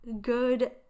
good